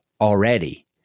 already